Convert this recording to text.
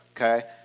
Okay